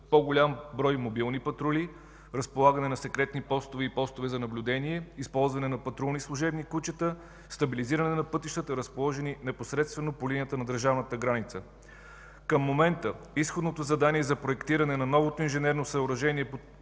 по-голям брой мобилни патрули, разполагане на секретни постове и постове за наблюдение, използване на патрулни и служебни кучета, стабилизиране на пътищата, разположени непосредствено по линията на държавната граница. Към момента изходното задание за проектиране на новото инженерно съоръжение